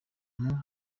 muri